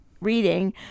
reading